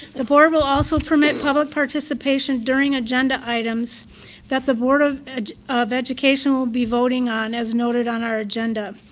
the board will also permit public participation during agenda items that the board of of education will be voting on as noted on our agenda.